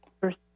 First